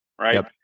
right